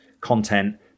content